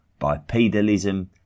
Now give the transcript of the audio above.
bipedalism